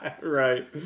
right